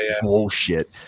bullshit